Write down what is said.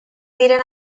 diren